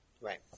Right